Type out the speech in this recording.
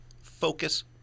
Focus